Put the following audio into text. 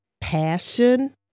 passion